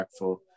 impactful